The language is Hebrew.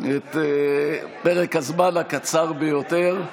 בפרק הזמן הקצר ביותר.